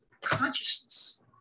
consciousness